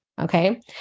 okay